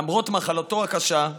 למרות מחלתו הקשה,